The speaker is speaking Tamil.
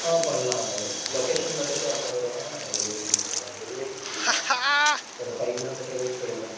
ஆ பண்ணலாம் லோகேஷன் மட்டும் ஷேர் பண்ணி விடுங்க நாங்க டெலிவரி பண்ணிடுறோம் டெலிவரி ஃப்ரீ தான் ஒரு ஃபை கிலோ மீட்டருக்கு ஃப்ரீ தான்